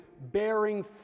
bearing